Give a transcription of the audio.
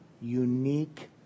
unique